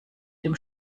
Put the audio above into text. dem